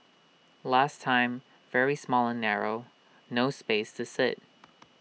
last time very small and narrow no space to sit